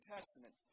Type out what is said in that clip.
Testament